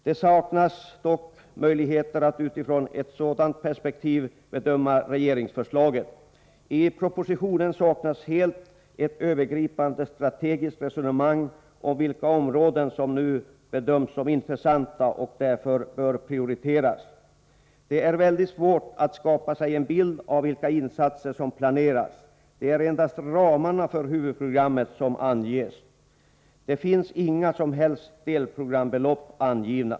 Det saknas dock möjligheter att ur ett sådant perspektiv bedöma regeringsförslaget. I propositionen saknas helt ett övergripande strategiskt resonemang om vilka områden som nu bedöms som intressanta och därför bör prioriteras. Det är väldigt svårt att skapa sig en bild av vilka insatser som planeras. Det är endast ramarna för huvudprogrammet som anges. Det finns inga som helst delprogramsbelopp angivna.